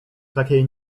takiej